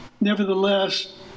Nevertheless